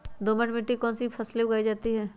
दोमट मिट्टी कौन कौन सी फसलें उगाई जाती है?